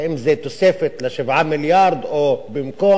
האם זו תוספת ל-7 מיליארד או במקום?